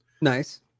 nice